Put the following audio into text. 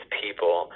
people